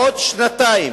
בעוד שנתיים,